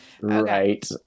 Right